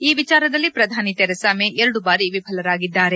ಈ ವಿಚಾರದಲ್ಲಿ ಪ್ರಧಾನಿ ಥೆರೇಸಾ ಮೇ ಎರಡು ಬಾರಿ ವಿಫಲರಾಗಿದ್ದಾರೆ